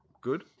good